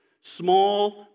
small